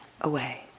away